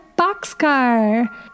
Boxcar